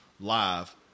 Live